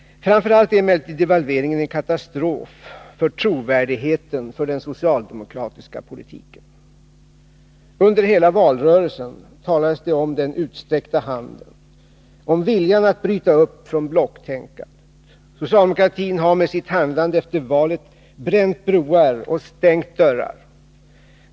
Framför allt är emellertid devalveringen en katastrof för trovärdigheten vad gäller den socialdemokratiska politiken. Under hela valrörelsen talades det om den utsträckta handen, om viljan att bryta upp från blocktänkandet. Socialdemokratin har med sitt handlande efter valet bränt broar och stängt dörrar.